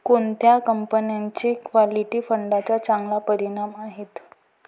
कोणत्या कंपन्यांचे इक्विटी फंडांचे चांगले परिणाम आहेत?